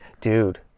dude